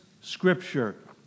Scripture